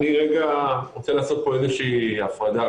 אני רגע רוצה לעשות פה איזושהי הפרדה.